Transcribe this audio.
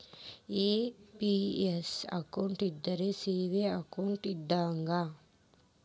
NPS account ಇದ್ರ savings account ಇದ್ದಂಗ